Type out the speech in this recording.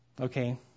Okay